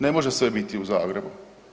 Ne može sve biti u Zagrebu.